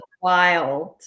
wild